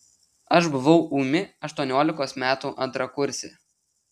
aš buvau ūmi aštuoniolikos metų antrakursė